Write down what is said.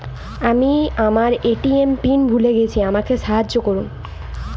আমি আমার ATM PIN ভুলে গেছি আমাকে সাহায্য করুন